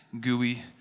gooey